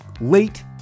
late